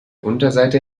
unterseite